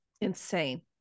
Insane